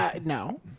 No